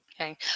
Okay